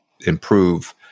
improve